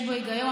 יש בו היגיון,